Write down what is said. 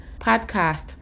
podcast